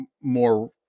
more